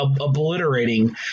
obliterating